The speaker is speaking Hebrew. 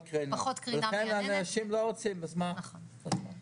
וכמובן אנחנו מספקים שירותים לכ-54% מהאוכלוסיה ומבטחים אותה.